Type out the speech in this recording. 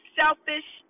selfish